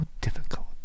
difficult